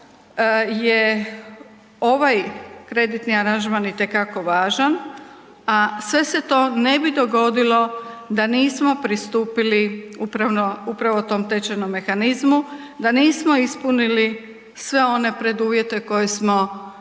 je ovaj kreditni aranžman itekako važan, a sve se to ne bi dogodilo da nismo pristupili upravo tom tečajnom mehanizmu, da nismo ispunili sve one preduvjete koje smo ugovorom